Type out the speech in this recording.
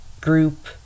group